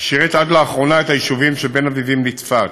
שירת עד לאחרונה את היישובים שבין אביבים לצפת.